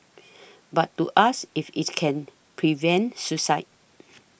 but to ask if it can prevent suicide